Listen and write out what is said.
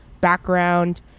background